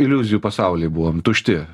iliuzijų pasauly buvom tušti